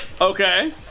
Okay